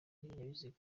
n’ibinyabiziga